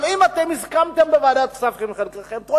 אבל אם חלקכם הסכמתם בוועדת הכספים,